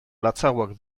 latzagoak